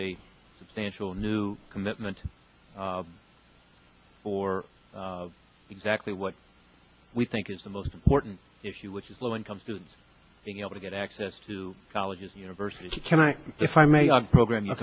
a substantial new commitment for exactly what we think is the most important issue which is low income students being able to get access to colleges universities you cannot define my program you